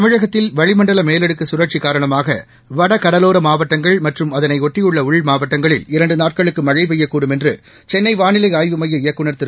தமிழகத்தில் வளிமண்டல மேலடுக்கு கழற்சி காரணமாக வடகடலோர மாவட்டங்கள் மற்றும் அதனையொட்டியுள்ள உள்மாவட்டங்களில் இரண்டு நாட்களுக்கு மழைபெய்யக்கூடும் என்று சென்னை வாளிலை ஆய்வு மைய இயக்குநர் திரு